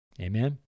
amen